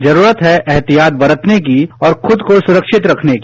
जरूरत है एहतियात बरतने की और खुद को सुरक्षित रखने की